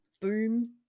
boom